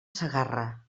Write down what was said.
segarra